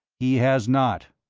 he has not.